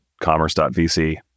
commerce.vc